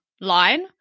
line